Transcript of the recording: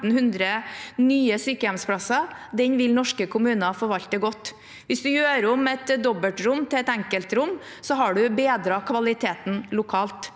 nye sykehjemsplasser, vil norske kommuner forvalte godt. Hvis du gjør om et dobbeltrom til et enkeltrom, har du bedret kvaliteten lokalt.